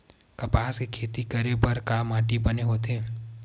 कपास के खेती करे बर का माटी बने होथे?